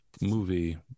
movie